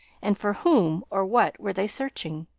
and for whom or what were they searching?